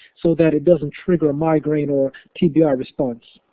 so that it doesn't trigger a migraine or tbi ah response.